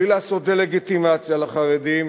בלי לעשות דה-לגיטימציה לחרדים,